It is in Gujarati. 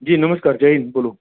જી નમસ્કાર જય હિન્દ બોલો